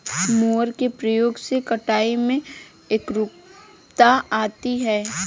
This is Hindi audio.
मोवर के प्रयोग से कटाई में एकरूपता आती है